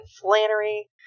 Flannery